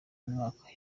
mwaka